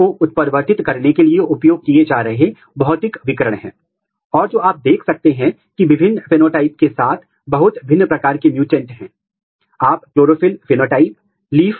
उदाहरण के लिए यदि आप इस उदाहरण को यहां लेते हैं तो एक प्रोटीन जो PIN1 एक ऑक्टिन ट्रांसपोर्टर प्रोटीन है